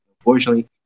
Unfortunately